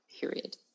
period